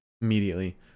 immediately